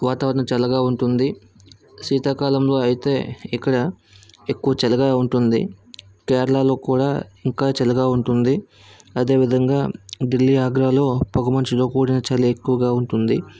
వాతావరణం చల్లగా ఉంటుంది శీతాకాలంలో అయితే ఇక్కడ ఎక్కువ చలిగా ఉంటుంది కేరళలో కూడా ఇంకా చలిగా ఉంటుంది అదేవిధంగా ఢిల్లీ ఆగ్రాలో పొగ మంచులో కూడిన చలి ఎక్కువగా ఉంటుంది